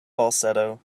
falsetto